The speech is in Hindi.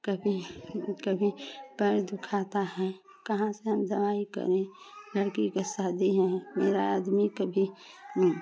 कभी कभी कभी पैर दुखाता है कहाँ से हम दवाई करें लड़की की शादी है मेरा आदमी को भी